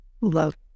love